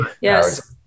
Yes